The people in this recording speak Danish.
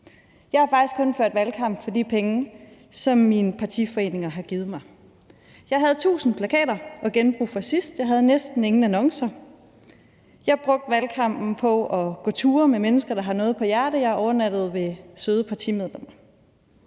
Jeg har faktisk kun ført valgkamp for de penge, som mine partiforeninger har givet mig. Jeg havde 1.000 plakater og genbrug fra sidst, jeg havde næsten ingen annoncer, jeg brugte valgkampen på at gå ture med mennesker, der har noget på hjerte, og jeg overnattede ved søde partimedlemmer.